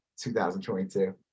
2022